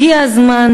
הגיע הזמן,